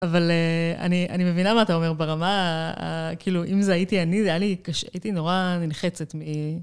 אבל אני מבינה מה אתה אומר, ברמה... כאילו, אם זה הייתי אני, זה היה לי קשה, הייתי נורא נלחצת מ...